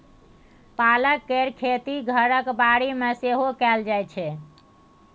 पालक केर खेती घरक बाड़ी मे सेहो कएल जाइ छै